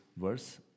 verse